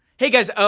hey guys,